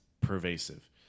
pervasive